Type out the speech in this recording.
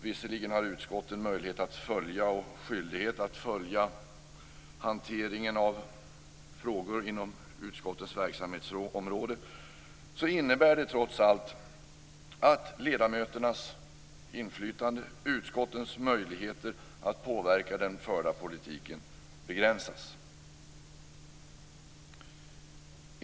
Visserligen har utskotten möjlighet och skyldighet att följa hanteringen av frågor inom utskottets verksamhetsområde, men det innebär trots allt att ledamöternas inflytande och utskottens möjligheter att påverka den förda politiken begränsas.